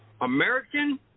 American